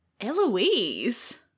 Eloise